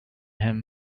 him